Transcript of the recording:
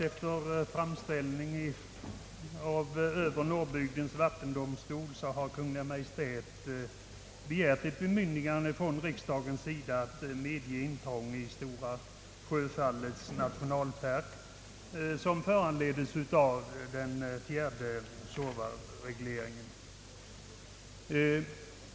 Efter framställning av Övre Norrbygdens vattendomstol har Kungl. Maj:t begärt ett bemyndigande från riksdagens sida att medge intrång i Stora Sjöfallets nationalpark, som föranledes av den fjärde Suorvaregleringen.